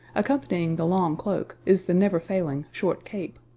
accompanying the long cloak is the never-failing short cape.